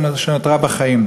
שנותרה בחיים.